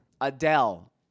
Adele